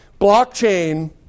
Blockchain